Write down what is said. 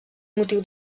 motiu